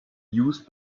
used